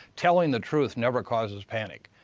telling the truth never causes panic.